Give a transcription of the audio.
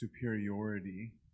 superiority